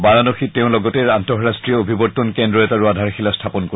বাৰানসীত তেওঁ লগতে আন্তঃৰাষ্ট্ৰীয় অভিৱৰ্তন কেন্দ্ৰ এটাৰো আধাৰশিলা স্থাপন কৰিব